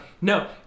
No